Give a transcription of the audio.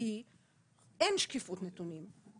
כי אין שקיפות נתונים,